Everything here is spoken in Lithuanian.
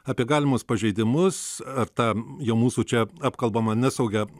apie galimus pažeidimus ar ta jau mūsų čia apkalbamą nesaugią